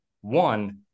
one